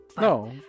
No